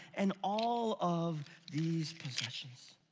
and all of these possessions?